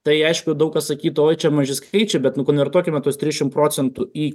tai aišku daug kas sakytų oi čia maži skaičiai bet nu konvertuokime tuos trisdešim procentų į